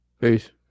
Peace